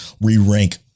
re-rank